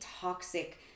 toxic